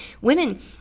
women